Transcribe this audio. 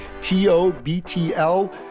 T-O-B-T-L